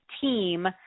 team